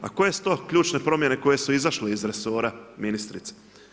A koje su to ključne promjene koje su izašle iz resora ministrice?